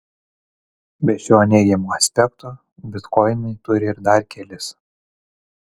be šio neigiamo aspekto bitkoinai turi ir dar kelis